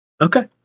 okay